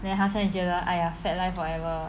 then 他现在觉得 !aiya! fat life forever